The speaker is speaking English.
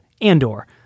Andor